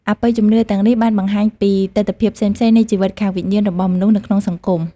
អបិយជំនឿទាំងនេះបានបង្ហាញពីទិដ្ឋភាពផ្សេងៗនៃជីវិតខាងវិញ្ញាណរបស់មនុស្សនៅក្នុងសង្គម។